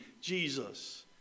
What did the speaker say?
Jesus